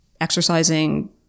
exercising